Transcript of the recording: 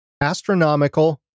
Astronomical